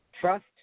trust